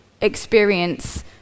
experience